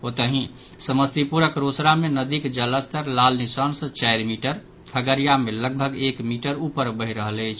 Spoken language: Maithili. ओतहि समस्तीपुरक रोसड़ा मे नदीक जलस्तर लाल निशान सँ चारि मीटर खगड़िया मे लगभग एक मीटर ऊपर बहि रहल अछि